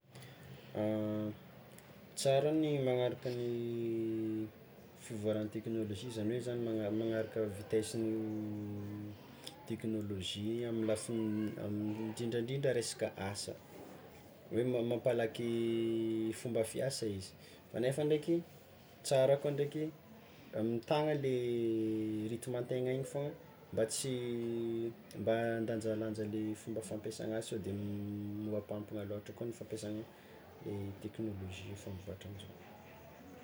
Tsara ny magnaraka ny fivoaran'ny teknôlojia zany hoe zany magna- magnaraka vitesin'io teknôlojia amy lafiny indrindrandrindra resaka asa, hoe ma- mampalaky fomba fiasa izy kanefa ndraiky tsara koa ndreky mba mitagna le ritmantegna igny foagna mba tsy mba andanjalanja le fomba fampiasana azy sao de miohampampagna loatra koa ny fampiasana i teknôlojia io efa mivoàtra amizao.